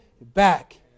back